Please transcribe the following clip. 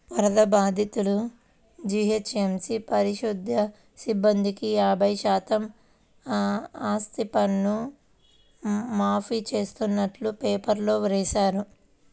వరద బాధితులు, జీహెచ్ఎంసీ పారిశుధ్య సిబ్బందికి యాభై శాతం ఆస్తిపన్ను మాఫీ చేస్తున్నట్టు పేపర్లో వేశారు